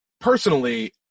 personally